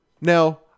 Now